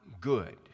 good